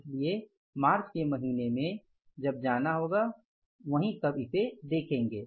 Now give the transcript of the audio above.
इसलिए मार्च के महीने में जब जाना होगा वहीं तब देखेंगे